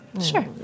sure